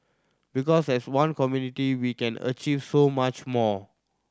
because as one community we can achieve so much more